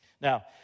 Now